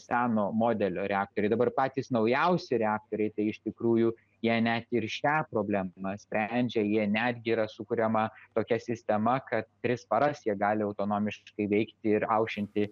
seno modelio reaktoriai dabar patys naujausi reaktoriai tai iš tikrųjų jei net ir šią problemą sprendžia jie netgi yra sukuriama tokia sistema kad tris paras jie gali autonomiškai veikti ir aušinti